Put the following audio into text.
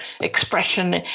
expression